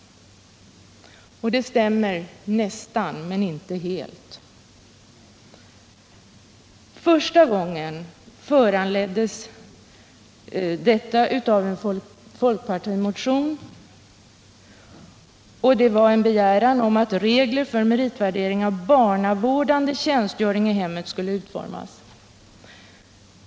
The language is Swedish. Det stämmer nästan men inte helt. Första gången togs frågan upp i anledning av en folkpartimotion med begäran om att regler för meritvärdering av barnavårdande tjänstgöring i hemmet skulle utformas.